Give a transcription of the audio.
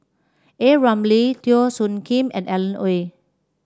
A Ramli Teo Soon Kim and Alan Oei